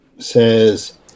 says